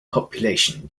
population